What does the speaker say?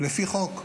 לפי חוק,